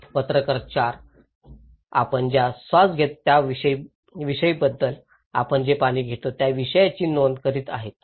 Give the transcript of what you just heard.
पत्रकार 4 आपण ज्या श्वास घेतो त्या विषाबद्दल आपण जे पाणी घेतो त्या विषयीची नोंद करीत आहे